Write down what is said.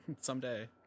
Someday